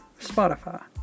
Spotify